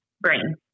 brain